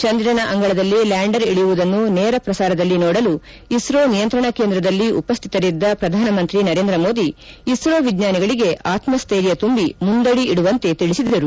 ಚಂದಿರನ ಅಂಗಳದಲ್ಲಿ ಲ್ಯಾಂಡರ್ ಇಳಿಯುವುದನ್ನು ನೇರ ಪ್ರಸಾರದಲ್ಲಿ ನೋಡಲು ಇಸೋ ನಿಯಂತ್ರಣ ಕೇಂದ್ರದಲ್ಲಿ ಉಪಸ್ಥಿತರಿದ್ದ ಪ್ರಧಾನಿ ನರೇಂದ್ರ ಮೋದಿ ಇಸ್ತೋ ವಿಜ್ಞಾನಿಗಳಿಗೆ ಆತ್ಮ ಸ್ಟೈರ್ಯ ತುಂಬಿ ಮುಂದಡಿ ಇಡುವಂತೆ ತಿಳಿಸಿದರು